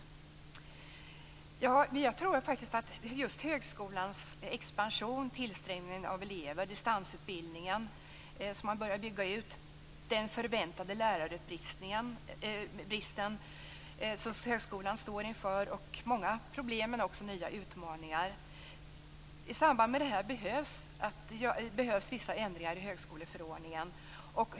Jag tror att det behövs vissa ändringar i högskoleförordningen i samband med högskolans expansion, tillströmningen av elever, distansutbildningen som man börjar att bygga ut, den förväntade lärarbristen och de många problemen men också nya utmaningarna som högskolan står inför.